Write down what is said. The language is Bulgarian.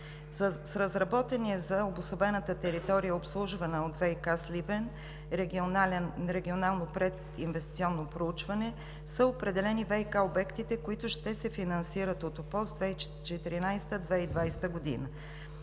С разработеното за обособената територия, обслужвана от ВиК – Сливен, регионално прединвестиционно проучване са определени ВиК обектите, които ще се финансират от Оперативна